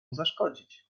zaszkodzić